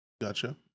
gotcha